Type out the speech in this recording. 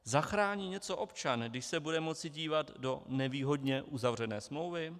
Zachrání něco občan, když se bude moci dívat do nevýhodně uzavřené smlouvy?